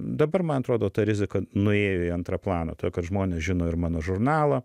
dabar man atrodo ta rizika nuėjo į antrą planą to kad žmonės žino ir mano žurnalą